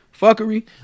fuckery